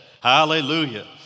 Hallelujah